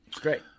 great